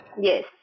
Yes